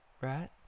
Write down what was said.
right